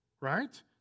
right